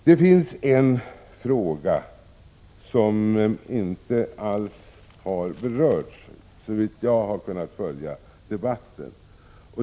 Det finns en fråga som inte alls har berörts, såvitt jag har kunnat följa debatten.